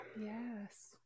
yes